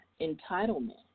entitlement